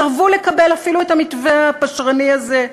סירבו לקבל אפילו את המתווה הפשרני הזה.